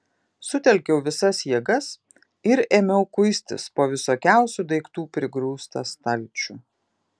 sutelkiau visas jėgas ir ėmiau kuistis po visokiausių daiktų prigrūstą stalčių